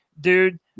Dude